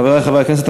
חברי חברי הכנסת,